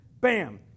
bam